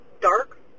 dark